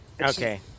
okay